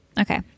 Okay